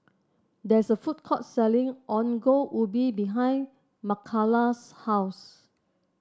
there is a food court selling Ongol Ubi behind Mckayla's house